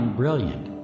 brilliant